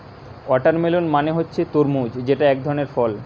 watermelon মানে হচ্ছে তরমুজ যেটা একধরনের ফল